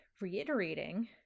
reiterating